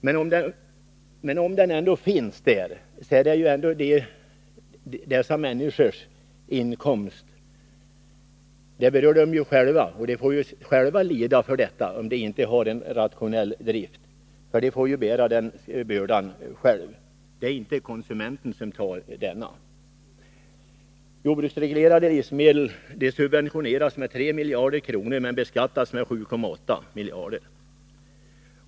Men om den nu finns där berör det ändå dessa människors inkomster, och de får själva lida för att de inte har en rationell drift. De får själva bära den bördan — det är inte konsumenten som tar den. Jordbruksreglerade livsmedel subventioneras med 3 miljarder kronor men beskattas med 7,8 miljarder.